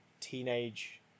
teenage